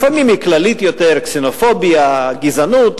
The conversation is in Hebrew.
לפעמים היא כללית יותר, קסנופוביה, גזענות.